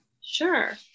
Sure